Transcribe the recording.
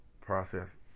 process